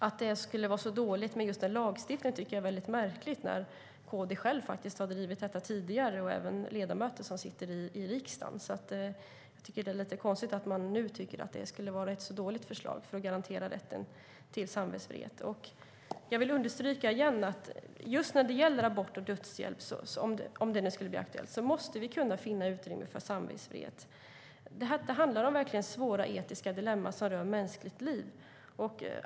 Att det skulle vara dåligt med en lagstiftning tycker jag är väldigt märkligt när KD själva har drivit detta tidigare, även ledamöter som sitter i riksdagen. Jag tycker att det är lite konstigt att man nu tycker att det är ett dåligt förslag för att garantera rätten till samvetsfrihet. Jag vill igen understryka att vi när det gäller abort och dödshjälp, om det nu skulle bli aktuellt, måste kunna finna utrymme för samvetsfrihet. Det handlar om svåra och etiska dilemman som rör mänskligt liv.